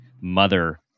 mother